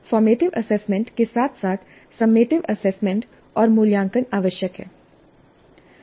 formative assessment के साथ साथ सम्मेटिव एसेसमेंट और मूल्यांकन आवश्यक हैं